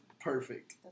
perfect